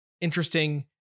interesting